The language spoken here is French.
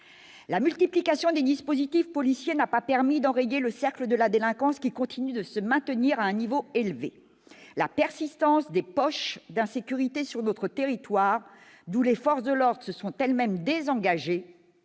La multiplication des dispositifs policiers n'a pas permis d'enrayer le cercle de la délinquance, qui continue de se maintenir à un niveau élevé. La persistance de poches d'insécurité sur notre territoire, d'où les forces de l'ordre se sont elles-mêmes désengagées,